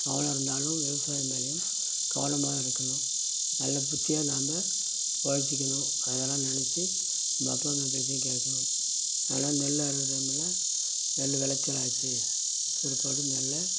கவனம் இருந்தாலும் விவசாயம் மேலையும் கவனமாக இருக்கணும் நல்ல புத்தியாக நாம பிழச்சிக்கணும் அதெல்லாம் நினச்சி நம்ப அப்பா அம்மா பேச்சையும் கேட்கணும் அதெல்லாம் நெல் அறுக்கற டைம்மில் நெல் விளச்சல் ஆச்சு பிற்பாடு நெல்லை